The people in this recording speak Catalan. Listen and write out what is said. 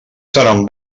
seran